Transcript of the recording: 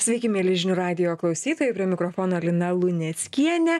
sveiki mieli žinių radijo klausytojai prie mikrofono lina luneckienė